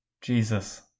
Jesus